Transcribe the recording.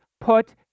put